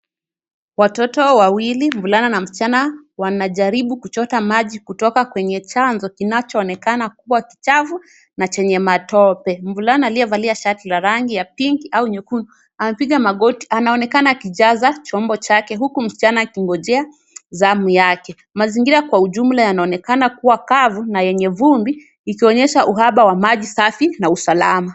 Watoto wawili mvulana na msichana wanajaribu kuchota maji kutoka kwenye chanzo kinachoonekana kuwa kichafu na chenye matope. Mvulana aliyevalia shati la rangi ya pink au nyekundu amepiga magoti. Anaonekana akijaza chombo chake huku msichana akingojea zamu yake. Mazingira kwa ujumla yanaonekana kuwa kavu na yenye vumbi ikionyesha uhaba wa maji safi na usalama.